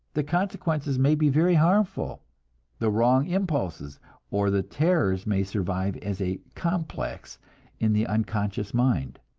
the consequences may be very harmful the wrong impulses or the terrors may survive as a complex in the unconscious mind,